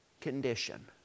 condition